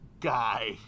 Guy